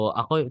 ako